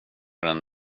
den